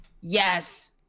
yes